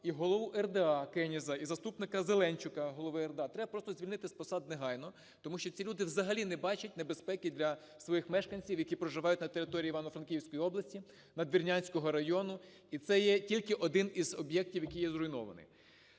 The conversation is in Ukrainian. і голову РДА Кеніза і заступника Зеленчука, голови РДА треба просто звільнити з посад негайно, тому що ці люди взагалі не бачать небезпеки для своїх мешканців, які проживають на території Івано-Франківської області Надвірнянського району. І це є тільки один із об'єктів, який є зруйнований.